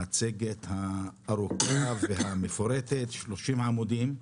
המצגת הארוכה והמפורטת, 30 עמודים,